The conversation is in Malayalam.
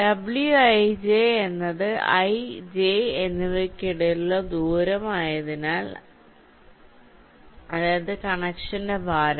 wij എന്നത് ij എന്നിവകൾക്കിടയിലെ ദൂരം ആണ് അതായത് കണക്ഷന്റെ ഭാരം